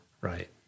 right